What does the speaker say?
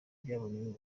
byabonye